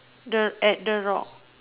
the at the rock